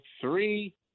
three